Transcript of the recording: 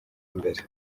imbere